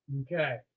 Okay